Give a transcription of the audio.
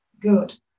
Good